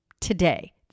today